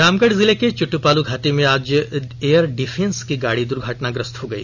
रामगढ़ जिले के चुडूपालू घाटी में आज एयर डिफेंस की गाड़ी दुर्घटनाग्रस्त हो गई